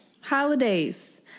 holidays